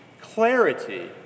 Clarity